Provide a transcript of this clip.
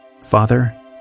Father